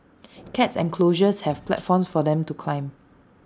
cat enclosures have platforms for them to climb